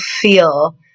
feel